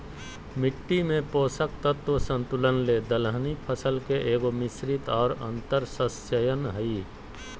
मिट्टी में पोषक तत्व संतुलन ले दलहनी फसल के एगो, मिश्रित और अन्तर्शस्ययन हइ